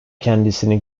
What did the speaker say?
kendisini